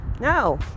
No